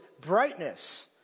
brightness